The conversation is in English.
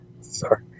Sorry